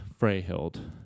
freyhild